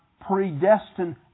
predestined